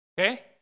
okay